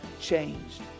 changed